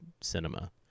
cinema